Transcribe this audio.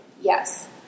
Yes